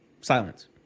Silence